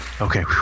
Okay